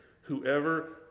whoever